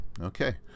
Okay